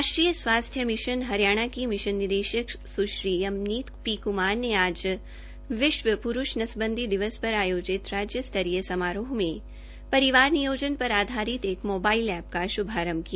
राष्ट्रीय स्वास्थ्य मिशन हरियाणा की मिशन निदेशक सुश्री अमनीत पी कुमार ने आज विश्व पुरूष नसबंदी दिवस पर आयोजित राज्य स्तरीय समारोह में परिवार नियोजन पर आधारित एक मोबाईल ऐप का शुभारंभ किया